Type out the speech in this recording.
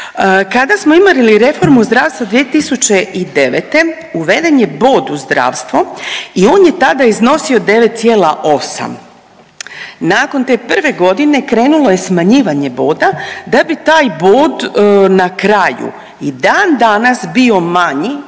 Kada smo imali reformu zdravstva 2009. uveden je bod u zdravstvo i on je tada iznosio 9,8. Nakon te prve godine krenulo je smanjivanje boda da bi taj bod na kraju i dan danas bio manji